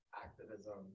activism